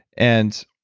and